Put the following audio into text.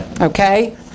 Okay